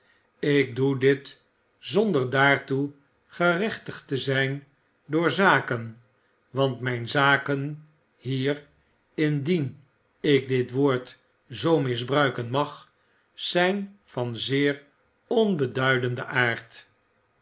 ik doe dit zonder daartoe gerechtigd te zyn door zaken want myn zaken hier indien ik dit woord zoo misbruiken mag zijn van zeer onbeduidenden aard